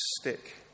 stick